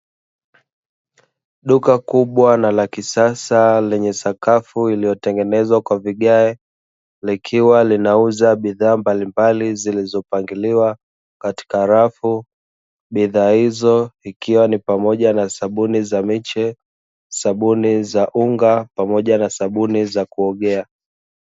Duka kubwa na la kisasa lenye sakafu iliyotengenezwa kwa vigae, likiwa linauza bidhaa mbalimbali zilizopangiliwa katika rafu, bidhaa hizo ikiwa ni pamoja na sabuni za miche, sabuni za unga pamoja na sabuni za kuogea.